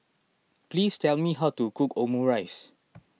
please tell me how to cook Omurice